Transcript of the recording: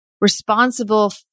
responsible